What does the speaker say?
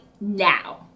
now